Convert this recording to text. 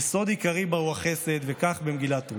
יסוד עיקרי בה הוא החסד, וכך במגילת רות.